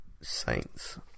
Saints